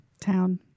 Town